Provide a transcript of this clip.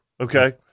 okay